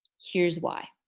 here's why.